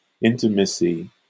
intimacy